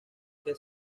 que